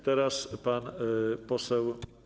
Teraz pan poseł.